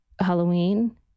Halloween